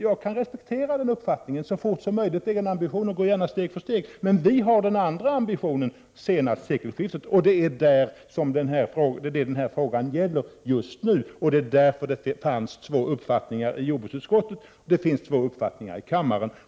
Jag kan acceptera uppfattningen ”så snart som möjligt” — det är en ambition, och gå gärna steg för steg — men vi har ambitionen ”senast till sekelskiftet”, och det är detta frågan gäller just nu. Det var därför det fanns två uppfattningar i jordbruksutskottet, och att det finns två uppfattningar i kammaren.